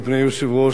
אדוני היושב-ראש,